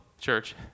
church